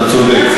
אתה צודק.